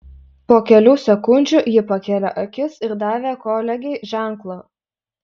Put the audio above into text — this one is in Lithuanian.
po kelių sekundžių ji pakėlė akis ir davė kolegei ženklą